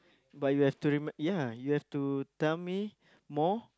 but you have to remind ya you have to tell me more